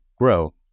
grow